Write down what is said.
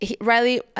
riley